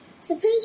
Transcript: Suppose